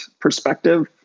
perspective